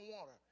water